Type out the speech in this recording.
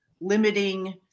limiting